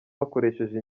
bakoresheje